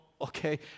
okay